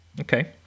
Okay